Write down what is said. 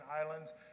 islands